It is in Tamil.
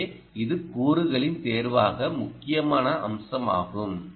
எனவே இது கூறுகளின் தேர்வாக முக்கியமான அம்சமாகும்